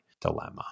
dilemma